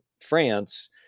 France